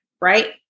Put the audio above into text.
right